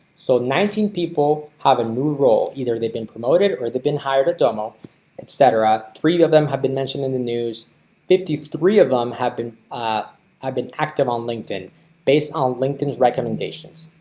so nineteen people have a new role either they've been promoted or they've been hired atomo etc. three of them have been mentioned in the news fifty three of them have been i've been active on linkedin based on linkedin is recommendations.